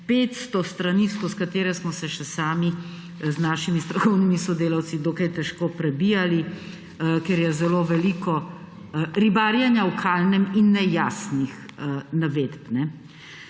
500 strani, skozi katere smo se še sami z našimi strokovnimi sodelavci dokaj težko prebijali, ker je zelo veliko ribarjenja v kalnem in nejasnih navedb.